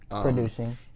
producing